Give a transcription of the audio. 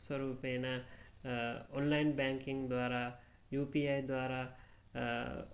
स्वरूपेण online banking द्वारा U P I द्वारा